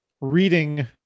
reading